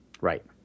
Right